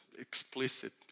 explicit